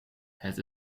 het